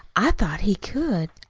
i thought he could.